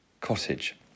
cottage